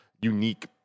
unique